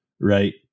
right